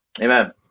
Amen